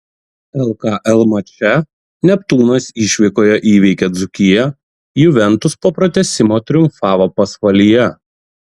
lkl mače neptūnas išvykoje įveikė dzūkiją juventus po pratęsimo triumfavo pasvalyje